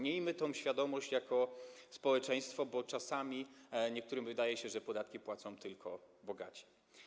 Miejmy tę świadomość jako społeczeństwo, bo czasami niektórym wydaje się, że podatki płacą tylko bogaci.